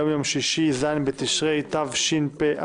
היום יום שישי, ז' בתשרי התשפ"א,